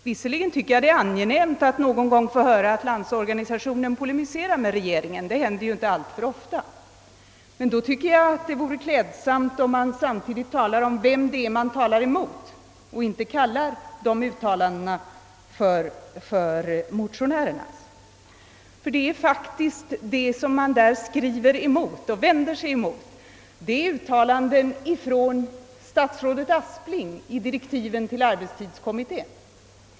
Visserligen tycker jag att det är angenämt att någon gång få höra LO polemisera mot regeringen — det händer inte alltför ofta — men det vore klädsamt om man talade om vem man polemiserar mot. Det som man vänder sig emot är uttalanden av statsrådet Aspling i direktiven till arbetstidskommittén.